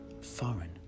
foreign